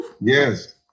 Yes